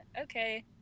okay